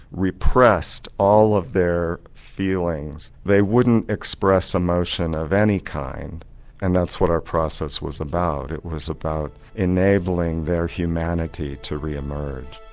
repressed all of their feelings. they wouldn't express emotion of any kind and that's what our process was about. it was about enabling their humanity to re-emerge.